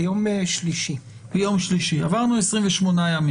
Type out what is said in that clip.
ביום שלישי, עברנו 28 ימים.